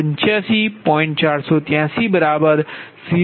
483 0